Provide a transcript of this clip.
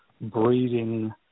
breeding